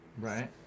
Right